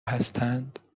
هستند